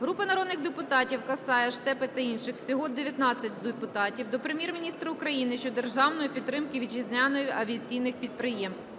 Групи народних депутатів (Касая, Штепи та інших. Всього 19 депутатів) до Прем'єр-міністра України щодо державної підтримки вітчизняних авіаційних підприємств.